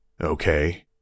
Okay